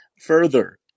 further